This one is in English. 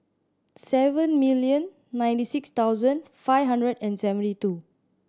seven million ninety six thousand five hundred and seventy two